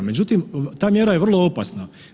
Međutim, ta mjera je vrlo opasna.